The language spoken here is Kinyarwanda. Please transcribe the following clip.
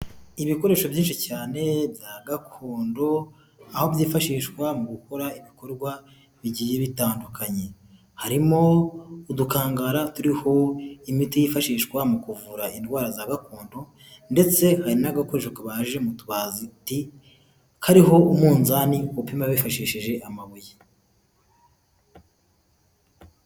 Ibikoresho byinshi cyane bya gakondo, aho byifashishwa mu gukora ibikorwa bigiye bitandukanye. Harimo udukangara turiho imiti yifashishwa mu kuvura indwara za gakondo ndetse hari n'agakoresho kabaje mu tubati, kariho umunzani umupima bifashishije amabuye.